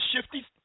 shifty